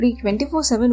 24-7